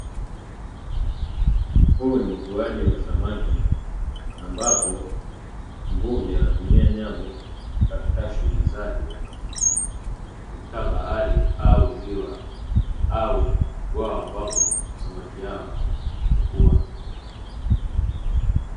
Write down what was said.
Huu ni ufuaji wa samaki ambapo mvuvi, anatumia nyavu katika shughuli zake katika bahari au ziwa au bora ambapo samaki hawa hukua.